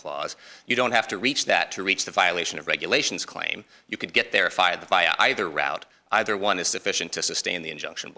clause you don't have to reach that to reach the violation of regulations claim you could get there fired by either route either one is sufficient to sustain the injunction